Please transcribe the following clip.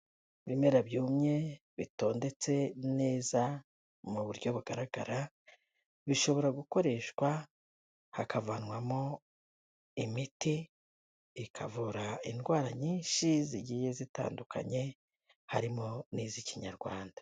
Ibimera byumye, bitondetse neza mu buryo bugaragara, bishobora gukoreshwa hakavanwamo imiti, ikavura indwara nyinshi zigiye zitandukanye, harimo n'iz'ikinyarwanda.